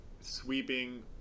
sweeping